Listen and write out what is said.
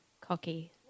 cocky